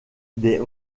des